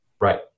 Right